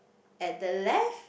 at the left